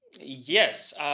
yes